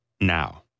now